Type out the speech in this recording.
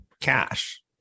cash